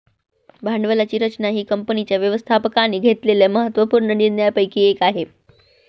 भांडवलाची रचना ही कंपनीच्या व्यवस्थापकाने घेतलेल्या महत्त्व पूर्ण निर्णयांपैकी एक आहे